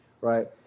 right